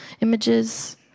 Images